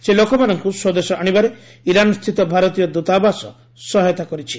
ସେହି ଲୋକମାନଙ୍କୁ ସ୍ପଦେଶ ଆଣିବାରେ ଇରାନ୍ସ୍ଥିତ ଭାରତୀୟ ଦ୍ରତାବାସ ସହାୟତା କରିଛି